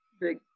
big